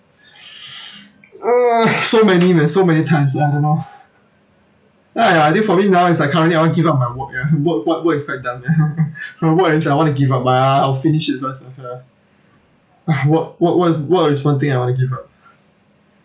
uh so many man so many times I don't know ya I I think for me now is I currently I want give up my work ya work what work is quite done man work is I want to give up but I'll finish it first ah ya what what i~ what is one thing I want to give up first